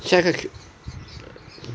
下个